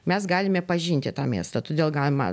mes galime pažinti tą miestą todėl galima